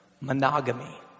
Monogamy